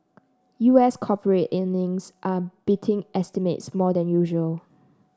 U S corporate earnings are beating estimates more than usual